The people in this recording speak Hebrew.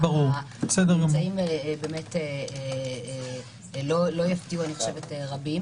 אני חושבת שהממצאים לא יפתיעו רבים.